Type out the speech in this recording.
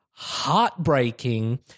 heartbreaking